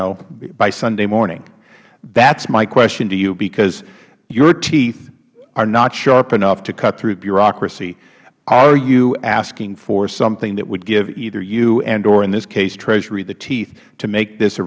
work by sunday morning that is my question to you because your teeth are not sharp enough to cut through the bureaucracy are you asking for something that would give either you andor in this case treasury the teeth to make this a